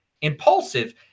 Impulsive